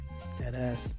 deadass